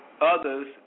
others